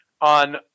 on